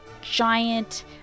giant